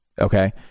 Okay